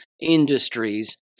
industries